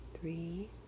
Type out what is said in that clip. three